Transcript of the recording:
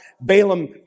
Balaam